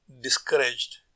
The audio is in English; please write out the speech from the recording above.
discouraged